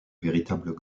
véritables